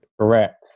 correct